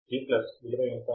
V విలువ ఎంత